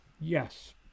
Yes